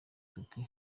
tuti